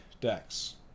decks